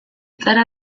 zara